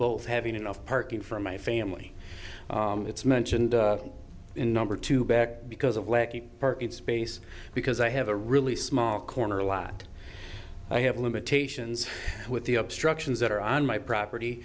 both have enough parking for my family it's mentioned in number two back because of lack of parking space because i have a really small corner lot i have limitations with the obstructions that are on my property